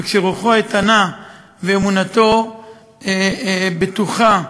וכשרוחו איתנה ואמונתו בטוחה,